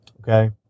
Okay